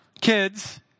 Kids